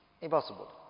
Impossible